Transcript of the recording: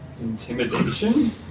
Intimidation